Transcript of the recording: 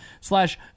slash